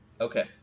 okay